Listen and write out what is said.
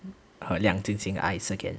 her 亮晶晶 eyes again